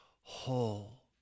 whole